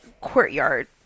courtyard